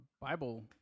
Bible